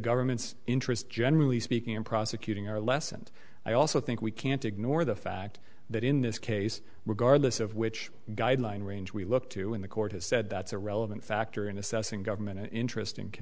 government's interest generally speaking in prosecuting her less and i also think we can't ignore the fact that in this case regardless of which guideline range we look to when the court has said that's a relevant factor in assessing government interesting